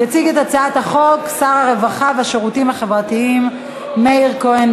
יציג את הצעת החוק שר הרווחה והשירותים החברתיים מאיר כהן,